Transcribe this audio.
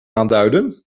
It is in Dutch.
aanduiden